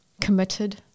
committed